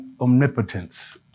omnipotence